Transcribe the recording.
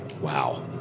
Wow